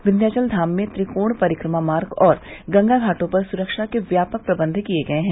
विन्ध्यावल धाम में त्रिकॉण परिक्रमा मार्ग और गंगा घाटों पर सुरक्षा के व्यापक प्रबंध किये गये हैं